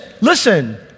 listen